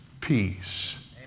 peace